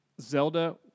Zelda